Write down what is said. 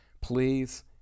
Please